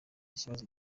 kibazo